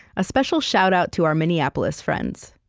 a special shout-out to our minneapolis friends.